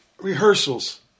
Rehearsals